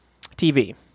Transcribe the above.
TV